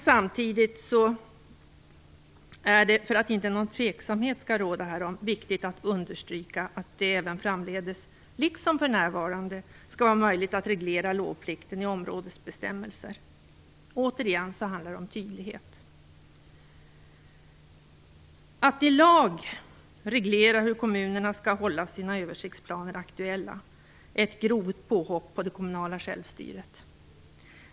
Samtidigt är det, för att inte någon tveksamhet skall råda härom, viktigt att understryka att det även framdeles, liksom för närvarande, skall vara möjligt att reglera lovplikten i områdesbestämmelser. Återigen handlar det om tydlighet. Att i lag reglera hur kommunerna skall hålla sina översiktsplaner aktuella är ett grovt påhopp på det kommunala självstyret.